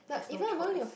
that's no choice